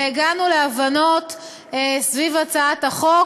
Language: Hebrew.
והגענו להבנות סביב הצעת החוק.